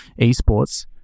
esports